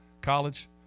College